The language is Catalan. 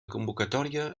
convocatòria